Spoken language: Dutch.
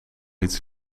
iets